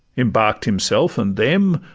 embark'd himself and them,